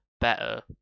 better